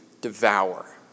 devour